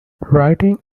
writing